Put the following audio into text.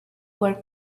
where